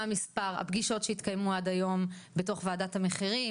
מה מספר הפגישות שהתקיימו עד היום בתוך וועדת המחירים